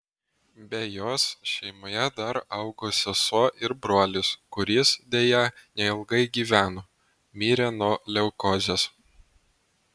be jos šeimoje dar augo sesuo ir brolis kuris deja neilgai gyveno mirė nuo leukozės